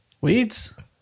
Weeds